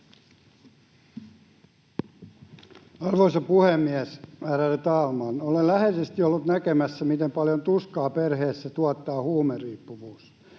Arvoisa puhemies, ärade talman! Olen läheisesti ollut näkemässä, miten paljon huumeriippuvuus